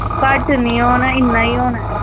घट्ट निं होना इन्ना गै होना ऐ